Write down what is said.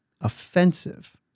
offensive